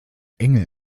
engel